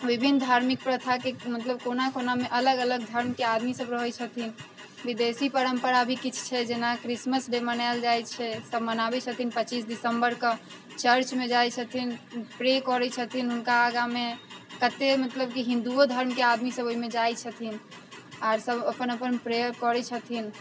विभिन्न धार्मिक प्रथाके मतलब कोना कोनामे अलग अलग धर्मके आदमी सब रहैत छथिन विदेशी परम्परा भी किछु छै जेना क्रिश्मस डे मनाओल जाइत छै सब मनाबैत छथिन पचीस दिसम्बर कऽ चर्चमे जाइत छथिन प्रे करैत छथिन हुनका आगाँमे कते मतलब की हिन्दूओ धर्मके आदमीसब ओहिमे जाइत छथिन आर सब अपन अपन प्रेयर करैत छथिन